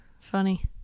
Funny